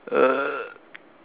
uh